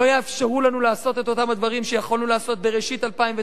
לא יאפשרו לנו לעשות את אותם הדברים שיכולנו לעשות בראשית 2009,